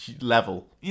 level